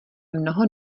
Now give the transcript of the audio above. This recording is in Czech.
mnoho